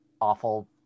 awful